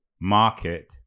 market